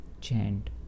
Chant